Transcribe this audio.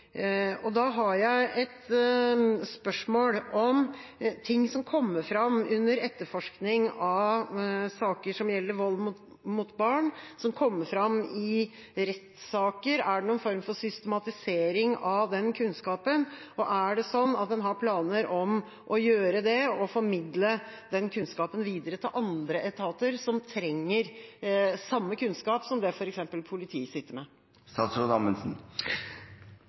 og der har jeg et spørsmål om ting som kommer fram i rettssaker under etterforskning av saker som gjelder vold mot barn. Er det noen form for systematisering av den kunnskapen, og har en noen planer om å systematisere og formidle den kunnskapen videre til andre etater som trenger samme kunnskap som den f.eks. politiet sitter med?